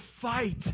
fight